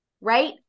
Right